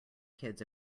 kids